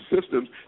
systems